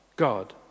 god